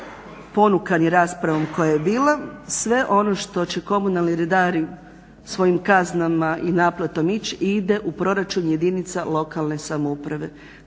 ponukani raspravom koja je bila sve ono što će komunalni redari svojim kaznama i naplatom ići ide u proračun jedinica lokalne samouprave.